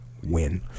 win